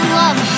love